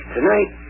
Tonight